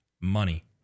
Money